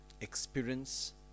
Experience